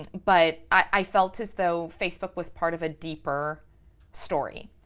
but i felt as though facebook was part of a deeper story.